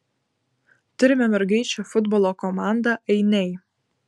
turime mergaičių futbolo komandą ainiai